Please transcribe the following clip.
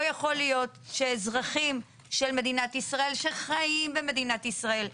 לא יכול להיות שאזרחים של מדינת ישראל שחיים במדינת ישראל,